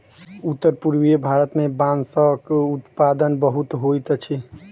उत्तर पूर्वीय भारत मे बांसक उत्पादन बहुत होइत अछि